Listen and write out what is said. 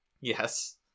yes